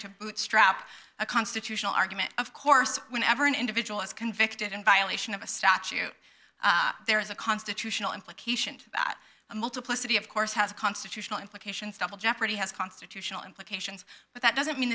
to bootstrap a constitutional argument of course when ever an individual is convicted in violation of a statute there is a constitutional implications about a multiplicity of course has constitutional implications double jeopardy has constitutional implications but that doesn't mean